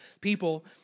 people